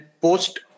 post